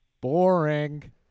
boring